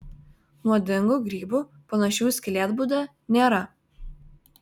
nuodingų grybų panašių į skylėtbudę nėra